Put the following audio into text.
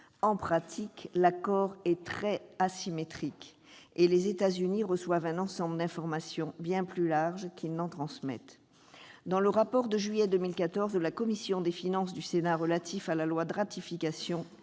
en pratique, l'accord est très asymétrique, et les États-Unis reçoivent un ensemble d'informations bien plus large que ce qu'ils transmettent. Dans le rapport de juillet 2014 de la commission des finances du Sénat relatif à la loi de ratification